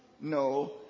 No